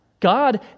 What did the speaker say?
God